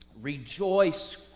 Rejoice